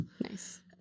Nice